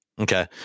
Okay